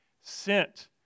sent